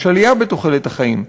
יש עלייה בתוחלת החיים.